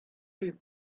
dish